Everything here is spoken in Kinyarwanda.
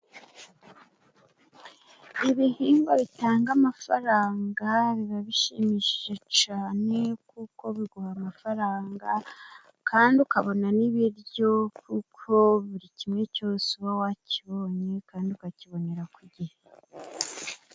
Ibihingwa bitanga amafaranga biba bishimishije cane kuko biguha amafaranga, kandi ukabona n'ibiryo kuko buri kimwe cyose uba wakibonye, kandi ukakibonera ku gihe.